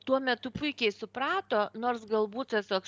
tuo metu puikiai suprato nors galbūt tas toks